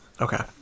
Okay